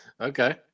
Okay